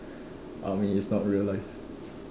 army is not real life